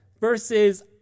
versus